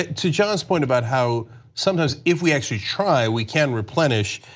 to john's point about how sometimes if we actually try, we can replenish,